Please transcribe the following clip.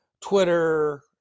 Twitter